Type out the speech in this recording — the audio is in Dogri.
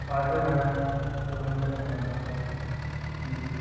अज्ज में तुसें गी दस्सन लगां कि